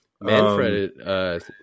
Manfred